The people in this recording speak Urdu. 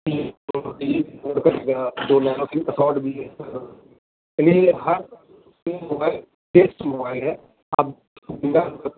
دو میگا بیسٹ موبائل ہے آپ